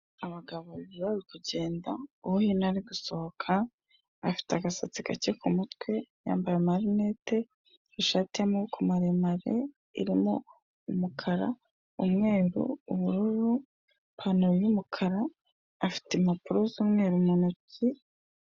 Abagabo babiri bari kugenda uwo hino ari gusohoka afite agasatsi gake ku mutwe yambaye amalinete, ishati y'amaboko maremare irimo umukara, umweru, ubururu, ipantalo y'umukara. afite impapuro z'umweru mu ntoki.